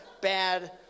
bad